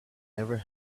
never